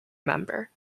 member